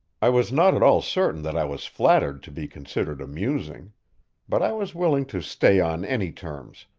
i was not at all certain that i was flattered to be considered amusing but i was willing to stay on any terms,